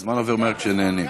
הזמן עובר מהר כשנהנים.